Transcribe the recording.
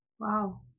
Wow